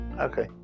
Okay